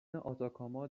آتاکاما